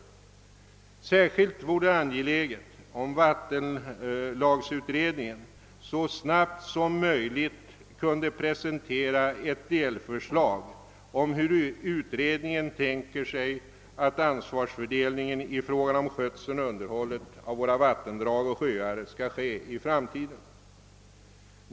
Särskilt vore det angeläget om vattenlagsutredningen så snabbt som möjligt kunde presentera ett delförslag om hur utredningen tänker sig att ansvarsfördelningen i fråga om skötseln och underhållet av våra vattendrag och sjöar skall ske i framtiden.